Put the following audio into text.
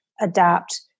adapt